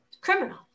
criminal